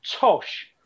tosh